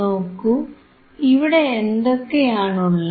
നോക്കൂ ഇവിടെ എന്തൊക്കെയാണുള്ളത്